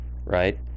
right